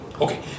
Okay